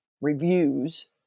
reviews